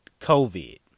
COVID